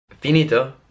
Finito